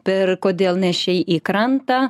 per kodėl nešei į krantą